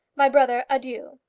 my brother, adieu.